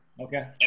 Okay